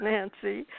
Nancy